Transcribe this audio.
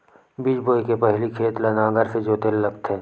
बीज बोय के पहिली खेत ल नांगर से जोतेल लगथे?